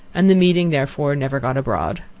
and the meeting, therefore, never got abroad.